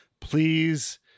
Please